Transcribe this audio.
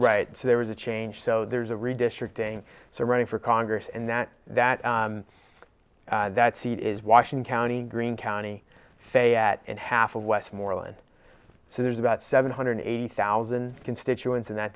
right so there was a change so there's a redistricting so running for congress and that that that seat is washing county green county fayette and half of westmoreland so there's about seven hundred eighty thousand constituents in that